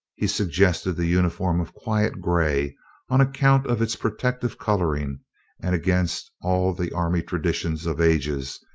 he suggested the uniform of quiet gray on account of its protective coloring and against all the army traditions of ages,